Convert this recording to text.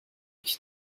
ich